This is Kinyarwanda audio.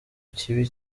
kibi